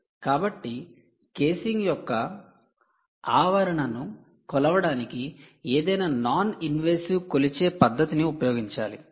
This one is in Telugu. కాబట్టి కేసింగ్ యొక్క ఆవరణను కొలవడానికి ఏదైనా నాన్ ఇన్వాసివ్ కొలిచే పద్ధతిని ఉపయోగించాలి